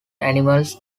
animals